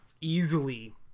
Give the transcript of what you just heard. easily